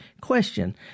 Question